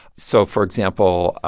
so, for example,